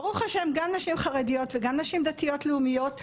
ברוך השם גם נשים חרדיות וגם נשים דתיות לאומיות,